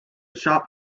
shop